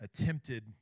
attempted